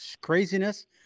craziness